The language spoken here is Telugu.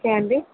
ఓకే అండి